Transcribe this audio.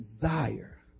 Desire